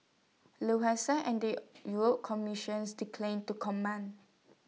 Lufthansa and the Europe commissions declined to comment